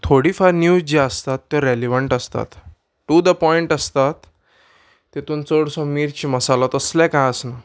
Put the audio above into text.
थोडी फार न्यूज जी आसतात ते रॅलिवंट आसतात टू द पॉयंट आसतात तितून चडसो मिर्च मसालो तसले कांय आसना